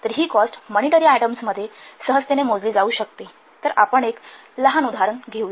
तर ही cost monetary आयटम्समध्ये सहजतेने मोजली जाऊ शकते तर आपण एक लहान उदाहरण घेऊ